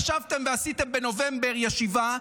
ישבתם ועשיתם בנובמבר ישיבה,